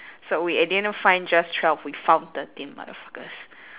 so we didn't find just twelve we found thirteen motherfuckers